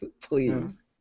please